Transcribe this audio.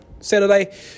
Saturday